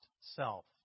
self